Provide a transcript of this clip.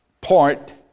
point